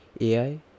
AI